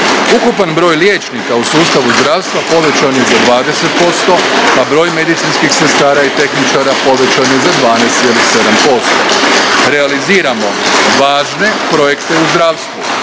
Ukupan broj liječnika u sustavu zdravstva povećan je za 20%, a broj medicinskih sestara i tehničara povećan je za 12,7%. Realiziramo važne projekte u zdravstvu,